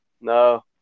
No